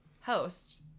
host